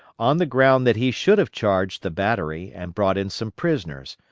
on the ground that he should have charged the battery and brought in some prisoners,